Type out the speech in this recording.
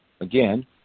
again